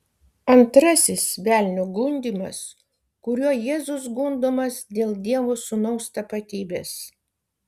antrasis velnio gundymas kuriuo jėzus gundomas dėl dievo sūnaus tapatybės